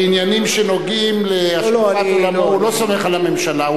בעניינים שנוגעים בהשקפת עולמו הוא לא סומך על הממשלה.